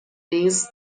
نیست